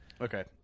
okay